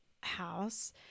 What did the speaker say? house